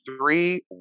three